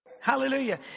Hallelujah